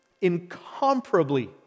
Incomparably